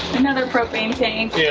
another propane tank. yeah